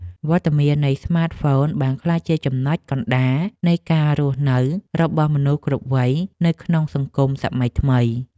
វត្តមាននៃស្មាតហ្វូនបានក្លាយជាចំណុចកណ្តាលនៃការរស់នៅរបស់មនុស្សគ្រប់វ័យនៅក្នុងសង្គមសម័យថ្មី។